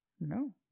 No